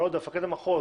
מפקד מחוז,